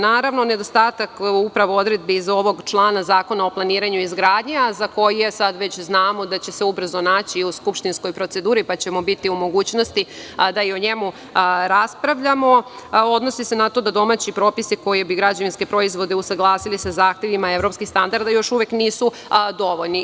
Naravno, nedostatak odredbi iz ovog člana Zakona o planiranju i izgradnji, a za koji već sad znamo da će se ubrzo naći u skupštinskoj proceduri, pa ćemo biti u mogućnosti da i o njemu raspravljamo, odnosi se na to da domaći propisi koji bi građevinske propise usaglasili sa zahtevima evropskih standarda još uvek nisu dovoljni.